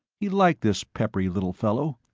he liked this peppery little fellow.